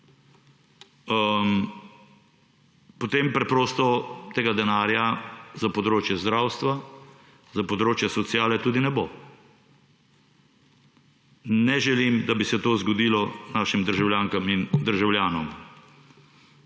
Potem preprosto tega denarja za področje zdravstva, za področje sociale tudi ne bo. Ne želim, da bi se to zgodilo našim državljankam in državljanom,